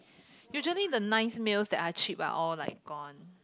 usually the nice meals that are cheap are all like gone